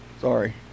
Sorry